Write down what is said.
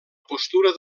postura